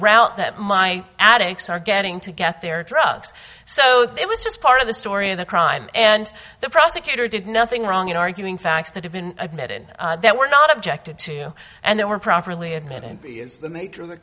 route that my addicts are getting to get their drugs so it was just part of the story of the crime and the prosecutor did nothing wrong in arguing facts that have been admitted that were not objected to and they were properly admitted to the maker of the